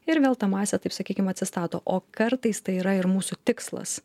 ir vėl ta masė taip sakykim atsistato o kartais tai yra ir mūsų tikslas